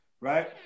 Right